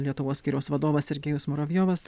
lietuvos skyriaus vadovas sergėjus muravjovas